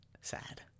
sad